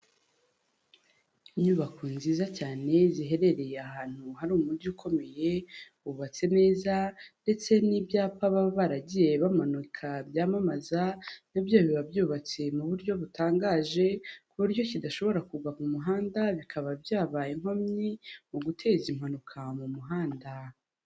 Inyubako nziza cyane, ziherereye ahantu hari umujyi ukomeye, wubatse neza ndetse n'ibyapa baba baragiye bamanuka byamamaza, na byo biba byubatse mu buryo butangaje ku buryo kidashobora kugwa mu muhanda, bikaba byabaye inkomyi mu guteza impanuka mu muhanda.